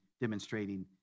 demonstrating